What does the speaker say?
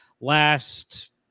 last –